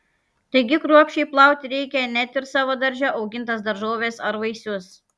taigi kruopščiai plauti reikia net ir savo darže augintas daržoves ar vaisius